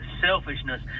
selfishness